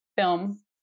film